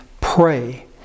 pray